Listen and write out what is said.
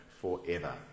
forever